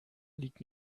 liegt